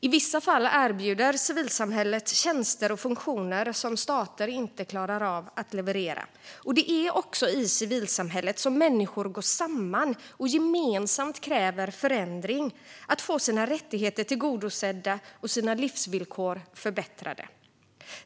I vissa fall erbjuder civilsamhället tjänster och funktioner som staten inte klarar av att leverera. Det är också i civilsamhället som människor går samman och gemensamt kräver förändring och att få sina rättigheter tillgodosedda och sina livsvillkor förbättrade.